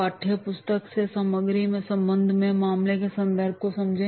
पाठ्यपुस्तक से सामग्री के संदर्भ में मामले के संदर्भ को समझें